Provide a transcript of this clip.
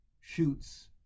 shoots